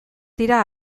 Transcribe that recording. dira